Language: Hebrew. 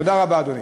תודה רבה, אדוני.